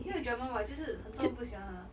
没有 drama [what] 就是很多人不喜欢她